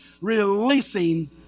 releasing